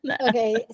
Okay